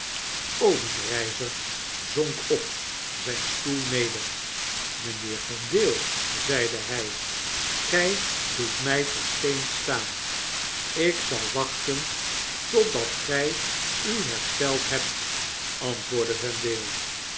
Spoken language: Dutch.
obenreizer zonk op zijn stoel neder mgnheer yendale zeide hg gg doetmg versteend staan ik zal wachten totdat gg u hersteld hebt antwoordde